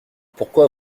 pourquoi